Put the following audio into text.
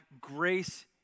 grace